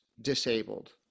disabled